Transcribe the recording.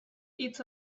hitz